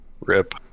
Rip